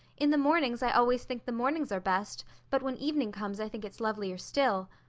in the mornings i always think the mornings are best but when evening comes i think it's lovelier still.